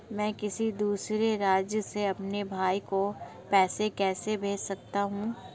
मैं किसी दूसरे राज्य से अपने भाई को पैसे कैसे भेज सकता हूं?